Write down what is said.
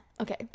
Okay